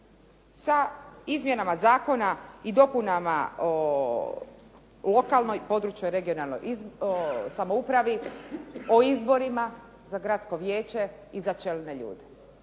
sa izmjenama zakona i dopunama o lokalnoj, područnoj, regionalnoj samoupravi, o izborima za gradsko vijeće i čelne ljude.